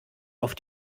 auf